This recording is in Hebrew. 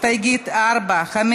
הסתייגויות מס' 4, 5,